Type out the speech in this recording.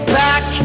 back